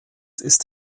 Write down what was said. ist